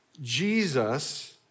Jesus